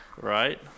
Right